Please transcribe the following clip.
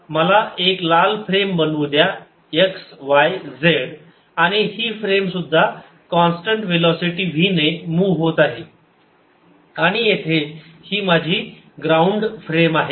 मला एक लाल फ्रेम बनवू द्या x y z आणि ही फ्रेम सुद्धा कॉन्स्टंट वेलोसिटी v ने मूव्ह होत आहे आणि येथे ही माझी ग्राउंड फ्रेम आहे